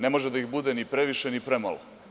Ne može da ih bude ni previše ni premalo.